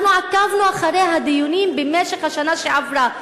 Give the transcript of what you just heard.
אנחנו עקבנו אחרי הדיונים במשך השנה שעברה.